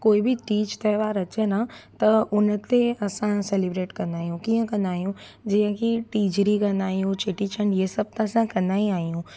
कोई बि तीजु त्योहारु अचे न त उन ते असां सेलिब्रेट कंदा आहियूं कीअं कंदा आहियूं जीअं की टीजड़ी कंदा आहियूं चेटीचंडु इहे सभु त असां कंदा ई आहियूं